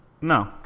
No